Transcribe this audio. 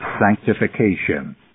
sanctification